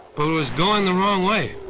but it was going the wrong way.